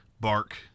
bark